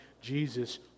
Jesus